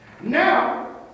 now